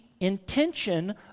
intention